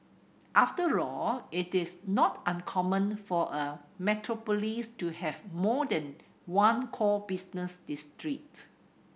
after all it is not uncommon for a metropolis to have more than one core business district